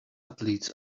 athletes